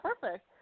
Perfect